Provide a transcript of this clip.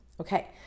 Okay